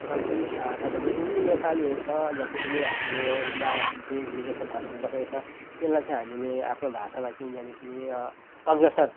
र प्लिज तपाईँ जति पनि नेपालीहरू छ जति पनि हामीले बा देश विदेशमा छरेर बसेको छ त्यसलाई चाहिँ हामीले आफ्नो भाषामा चाहिँ जहिले पनि अ अग्रसर